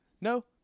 No